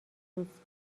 دوست